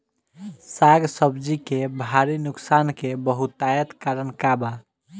साग सब्जी के भारी नुकसान के बहुतायत कारण का बा?